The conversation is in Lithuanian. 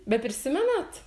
be prisimenat